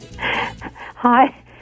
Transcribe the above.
Hi